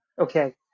Okay